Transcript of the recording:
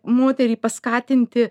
moterį paskatinti